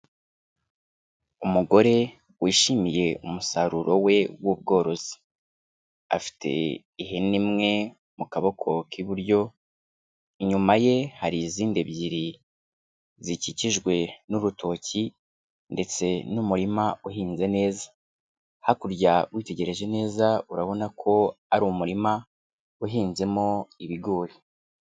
Umugore wishimiye umusaruro we w'ubworozi, afite ihene imwe mu kaboko k'iburyo inyuma ye hari izindi ebyiri zikikijwe n'urutoki ndetse n'umurima uhinze neza, hakurya witegereje neza urabona ko ari umurima uhinzemo ibigori.